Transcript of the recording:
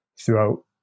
throughout